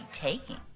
taking